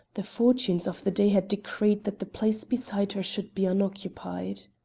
the fortunes of the day had decreed that the place beside her should be unoccupied.